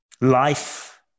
life